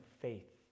faith